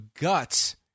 guts